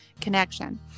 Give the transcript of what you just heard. connection